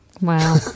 Wow